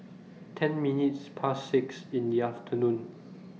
ten minutes Past six in The afternoon